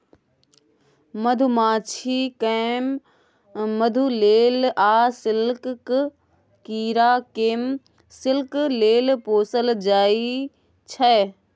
मधुमाछी केँ मधु लेल आ सिल्कक कीरा केँ सिल्क लेल पोसल जाइ छै